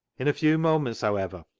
in a few moments, however,